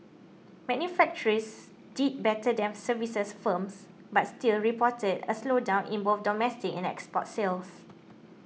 manufacturers did better than services firms but still reported a slowdown in both domestic and export sales